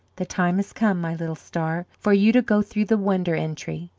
the time has come, my little star, for you to go through the wonder entry.